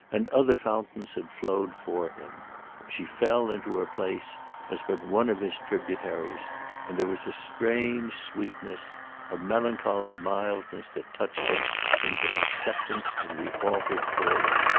and other fountains had flowed for him she fell into her place as but one of his tributaries and there was a strange sweetness a melancholy mildness that touched him in her acceptance of the altered order.